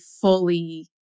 fully